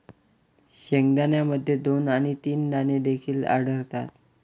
शेंगदाण्यामध्ये दोन आणि तीन दाणे देखील आढळतात